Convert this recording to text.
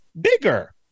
bigger